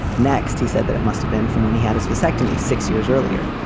next he said that it must have been from when he had his vasectomy six years earlier.